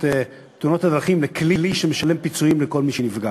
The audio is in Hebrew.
תאונות הדרכים לכלי שמשלם פיצויים לכל מי שנפגע.